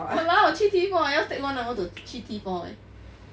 !walao! 去 T four eh 要 take one hour 去 eh